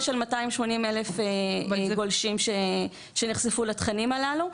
היא של 280,000 גולשים שנחשפו לתכנים האלו,